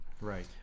Right